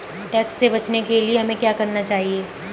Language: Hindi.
टैक्स से बचने के लिए हमें क्या करना चाहिए?